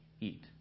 eat